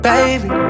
Baby